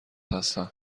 هستم